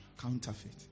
counterfeit